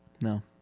No